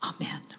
Amen